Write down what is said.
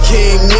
King